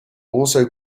also